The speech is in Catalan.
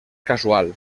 casual